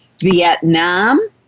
Vietnam